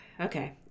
okay